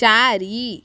ଚାରି